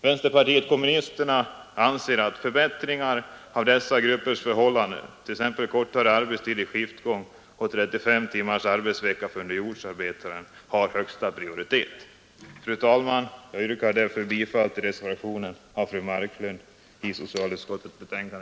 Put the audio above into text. Vänsterpartiet kommunisterna anser att förbättringen av dessa gruppers förhållanden, t.ex. kortare arbetstid i skiftgång och 35 timmars arbetsvecka för underjordsarbetare, har högsta prioritet. Fru talman! Jag yrkar bifall till reservationen av fru Marklund.